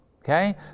Okay